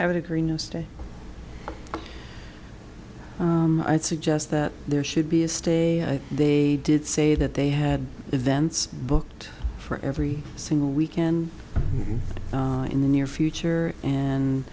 i would agree no stay i'd suggest that there should be a stay they did say that they had events booked for every single weekend in the near future and